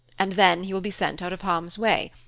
and then he will be sent out of harm's way.